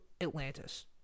Atlantis